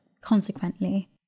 Consequently